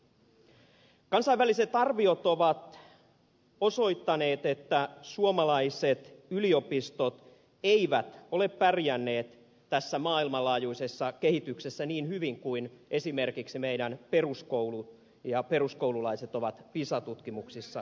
kansainväliset arviot ovat osoittaneet että suomalaiset yliopistot eivät ole pärjänneet tässä maailmanlaajuisessa kehityksessä niin hyvin kuin esimerkiksi meidän peruskoulumme ja peruskoululaisemme ovat pisa tutkimuksissa pärjänneet